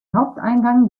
haupteingang